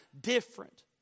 Different